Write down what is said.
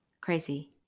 crazy